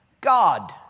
God